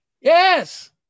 Yes